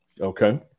Okay